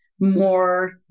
more